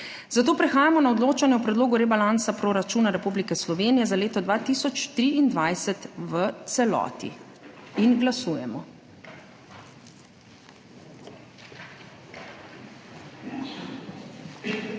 Prehajamo na odločanje o Predlogu rebalansa proračuna Republike Slovenije za leto 2023 v celoti. Glasujemo.